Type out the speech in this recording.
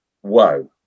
whoa